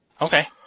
Okay